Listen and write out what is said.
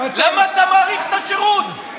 למה אתה מאריך את השירות?